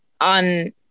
on